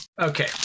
Okay